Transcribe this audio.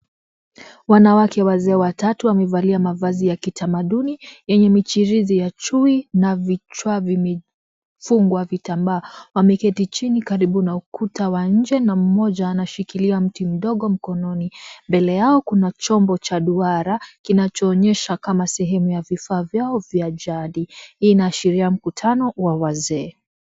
Wanawake wazee watatu wamevalia mavazi ya kitamaduni, yenye michirizi ya chui na vichwa vimefungwa vitambaa. Wameketi chini karibu na ukuta wa nje na mmoja anashkilia mti mdogo mkononi. Mbele yao kuna chombo cha duara, kinachoonyesha kama sehemu ya vifaa vyao vya jadi. Hii inaashiria mkutano wa wazee.